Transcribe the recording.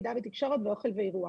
מידע ותקשורת ואוכל ואירוח.